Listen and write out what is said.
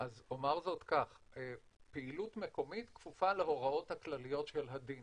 אז אומר זאת כך: פעילות מקומית כפופה להוראות הכלליות של הדין